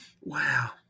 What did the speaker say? Wow